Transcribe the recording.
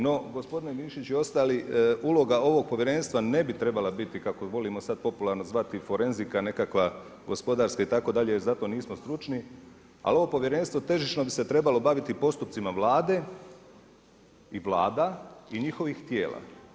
No gospodine Mišiću i ostali uloga ovog povjerenstva ne bi trebala biti kako ju volimo sada popularno zvati forenzika nekakva gospodarska itd. jer zato nismo stručni ali ovo povjerenstvo težišno bi se trebalo baviti postupcima Vlade i Vlada i njihovih tijela.